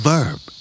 Verb